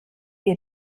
ihr